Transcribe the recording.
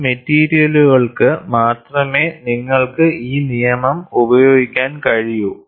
ആ മെറ്റീരിയലുകൾക്ക് മാത്രമേ നിങ്ങൾക്ക് ഈ നിയമം ഉപയോഗിക്കാൻ കഴിയൂ